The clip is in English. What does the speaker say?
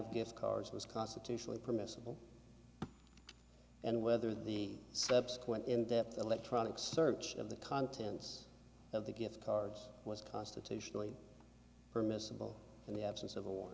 of gift cards was constitutionally permissible and whether the subsequent in depth electronic search of the contents of the gift cards was constitutionally permissible in the absence of a war